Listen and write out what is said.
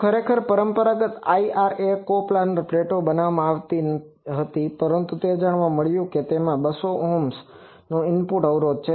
તો ખરેખર પરંપરાગત IRA કોપ્લાનર પ્લેટોથી બનાવવામાં આવી હતી પરંતુ તે જાણવા મળ્યું કે તેમાં 200Ω ઓહ્મનો ઇનપુટ અવરોધ છે